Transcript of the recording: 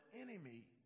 enemy